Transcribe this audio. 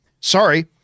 sorry